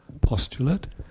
postulate